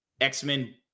X-Men